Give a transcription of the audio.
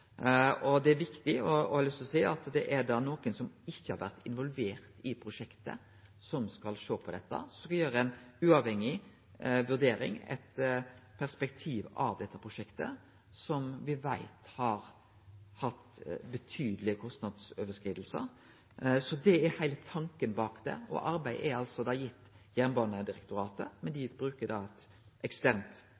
det på. Det er viktig – det har eg lyst til å seie – at det er nokon som ikkje har vore involvert i prosjektet, som skal sjå på det, som skal gjere ei uavhengig vurdering etter perspektiv av prosjektet, som me veit har hatt betydelege kostnadsoverskridingar. Det er heile tanken bak det. Arbeidet er altså gitt Jernbanedirektoratet, men dei